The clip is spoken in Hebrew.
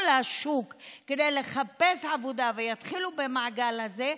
לשוק כדי לחפש עבודה ויתחילו במעגל הזה,